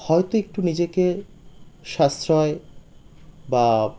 হয়তো একটু নিজেকে সাশ্রয় বা